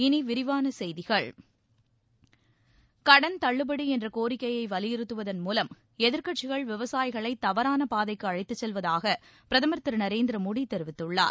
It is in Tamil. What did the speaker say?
இனி விரிவான செய்திகள் கடன் தள்ளுபடி என்ற கோரிக்கையை வலியுறுத்துவதன் மூலம் எதிர்க்கட்சிகள் விவசாயிகளை தவறான பாதைக்கு அழைத்துச் செல்வதாக பிரதமர் திரு நரேந்திர மோடி தெரிவித்துள்ளார்